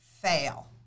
fail